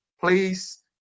Please